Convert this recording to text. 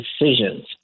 decisions